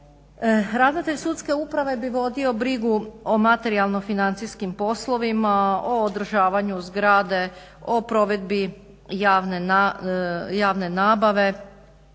Ravnatelj Sudske uprave bi vodio brigu o materijalno financijskim poslovima, o održavanju zgrade, o provedbi javne nabave,